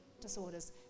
disorders